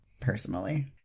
personally